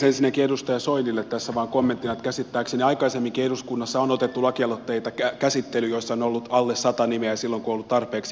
ensinnäkin edustaja soinille tässä vain kommenttina että käsittääkseni aikaisemminkin eduskunnassa on otettu käsittelyyn lakialoitteita joissa on ollut alle sata nimeä silloin kun on ollut tarpeeksi hyvät perustelut